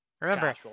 Remember